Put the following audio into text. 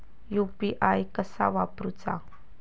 UPI कसा वापरूचा?